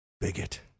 bigot